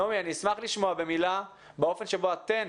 נעמי, אני אשמח לשמוע במילה באופן שבו אתן